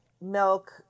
milk